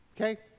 Okay